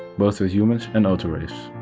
both with humans and autoreivs.